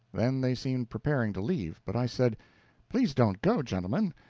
then they seemed preparing to leave but i said please don't go, gentlemen.